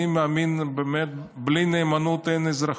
אני באמת מאמין שבלי נאמנות אין אזרחות.